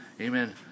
Amen